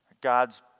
God's